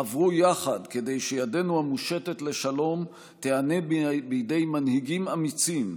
חברו יחד כדי שידנו המושטת לשלום תיענה בידי מנהיגים אמיצים,